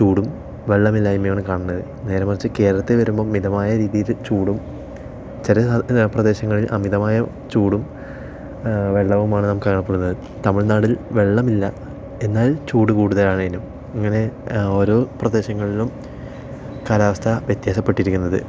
ചൂടും വെള്ളമില്ലായ്മയും ആണ് കാണുന്നത് നേരെമറിച്ച് കേരളത്തിൽ വരുമ്പോൾ മിതമായ രീതിയിൽ ചൂടും ചില പ്രദേശങ്ങളിൽ അമിതമായ ചൂടും വെള്ളവുമാണ് നാം കാണപ്പെടുന്നത് തമിഴ്നാടിൽ വെള്ളമില്ല എന്നാൽ ചൂട് കൂടുതലാണ് താനും ഇങ്ങനെ ഓരോ പ്രദേശങ്ങളിലും കാലാവസ്ഥ വ്യത്യാസപ്പെട്ടിരിക്കുന്നത്